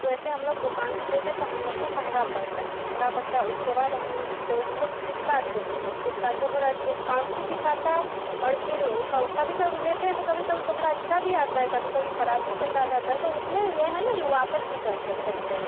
तो ऐसे हम लोग दुकान से लेते हैं तो हम लोग को महँगा पड़ता है महँगा पड़ता है उसके बाद हम तो हम लोग फ्लिपकार्ट से लेते है फ्लिपकार्ट पे थोड़ा डिस्काउंट भी दिखाता है और फिर ऊ कभी कभी लेते हैं तो कभी कभी कपड़ा अच्छा भी आता है कभी कभी खराब भी पकड़ा जाता है तो उसमें ये है न जो वापस भी करते सकते है